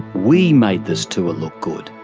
we made this tour look good.